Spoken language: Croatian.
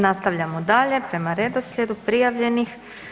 Nastavljamo dalje prema redoslijedu prijavljenih.